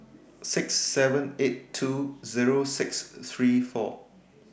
six seven eight two Zero six three four